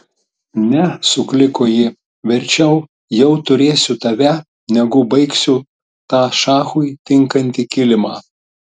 ne sukliko ji verčiau jau turėsiu tave negu baigsiu tą šachui tinkantį kilimą